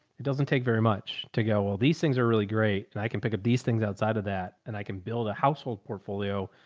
it doesn't take very much to go. well, these things are really great and i can pick up these things outside of that and i can build a household portfolio.